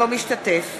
אינו משתתף